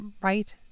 right